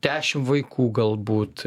dešimt vaikų galbūt